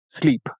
sleep